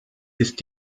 ist